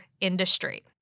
industry